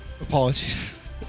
Apologies